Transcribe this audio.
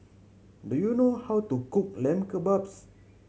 do you know how to cook Lamb Kebabs